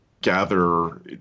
gather